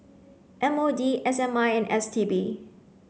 M O D S I M and S T B